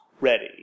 ready